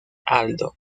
aldo